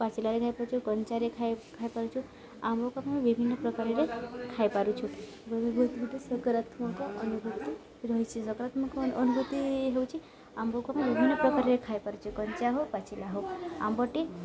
ପାଚିଲାରେ ଖାଇପାରୁଛୁ କଞ୍ଚାରେ ଖାଇ ଖାଇପାରୁଛୁ ଆମ୍ବକୁ ଆମେ ବିଭିନ୍ନ ପ୍ରକାରରେ ଖାଇପାରୁଛୁ ବହୁତ ଗୋଟେ ସକାରାତ୍ମକ ଅନୁଭୂତି ରହିଛି ସକାରାତ୍ମକ ଅନୁଭୂତି ହେଉଛି ଆମ୍ବକୁ ଆମେ ବିଭିନ୍ନ ପ୍ରକାରରେ ଖାଇପାରୁଛୁ କଞ୍ଚା ହଉ ପାଚିଲା ହଉ ଆମ୍ବଟି